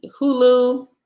Hulu